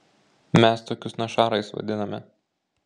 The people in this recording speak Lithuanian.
mes tokius našarais vadiname